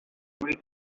muri